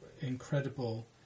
incredible